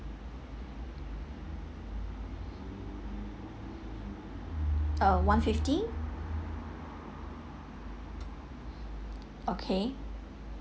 uh one fifteen okay